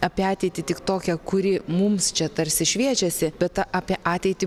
apie ateitį tik tokią kuri mums čia tarsi šviečiasi bet ta apie ateitį